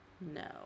No